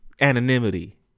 anonymity